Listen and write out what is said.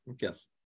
yes